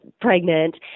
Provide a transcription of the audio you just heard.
pregnant